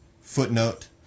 footnote